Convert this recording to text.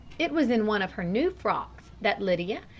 it was in one of her new frocks that lydia,